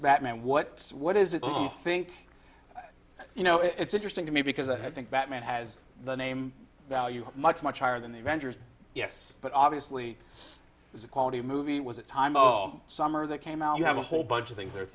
batman what what is it on think you know it's interesting to me because i think batman has the name value much much higher than the ranters yes but obviously this is a quality movie it was a time oh summer that came out you have a whole bunch of things there at